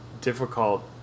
difficult